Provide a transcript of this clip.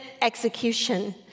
execution